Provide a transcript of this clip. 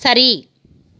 சரி